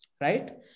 right